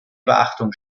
beachtung